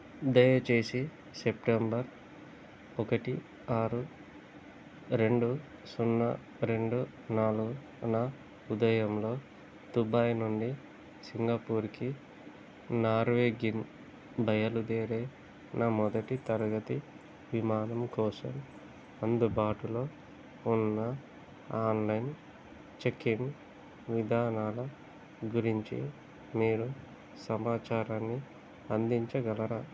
దయచేసి సెప్టెంబర్ ఒకటి ఆరు రెండు సున్నా రెండు నాలుగు న ఉదయంలో దుబాయ్ నుండి సింగపూర్కి నార్వెగిన్ బయలుదేరే నా మొదటి తరగతి విమానం కోసం అందుబాటులో ఉన్న ఆన్లైన్ చెక్ ఇన్ విధానాల గురించి మీరు సమాచారాన్ని అందించగలరా